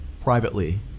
privately